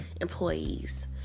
employees